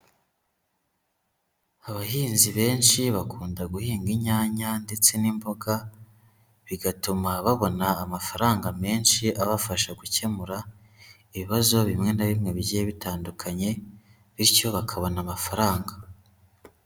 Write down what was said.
Abahinzi benshi bakunda guhinga inyanya ndetse n'imboga, bigatuma babona amafaranga menshi abafasha gukemura ibibazo bimwe na bimwe bigiye bitandukanye, bityo bakabona amafaranga.